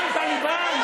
אנחנו טליבאן?